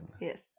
Yes